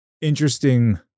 interesting